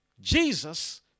Jesus